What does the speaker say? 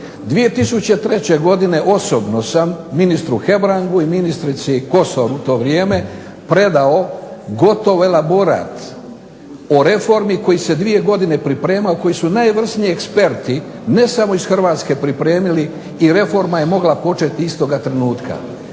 2003. godine osobno sam ministru Hebrangu i ministrici Kosor u to vrijeme predao gotov elaborat o reformi koji se dvije godine pripremao, koji su najvrsniji eksperti ne samo iz Hrvatske pripremili i reforma je mogla početi istoga trenutka.